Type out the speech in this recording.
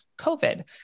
COVID